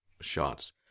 shots